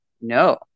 No